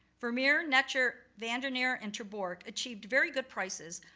vermeer, netscher, van der neer, and ter borch achieved very good prices,